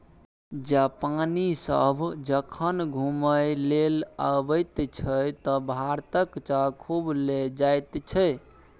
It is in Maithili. जापानी सभ जखन घुमय लेल अबैत छै तँ भारतक चाह खूब लए जाइत छै